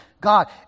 God